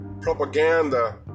propaganda